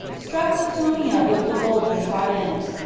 struck lyktonia with the golden trident.